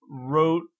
wrote